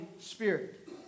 Spirit